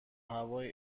هوای